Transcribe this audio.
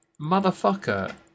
Motherfucker